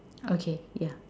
okay yeah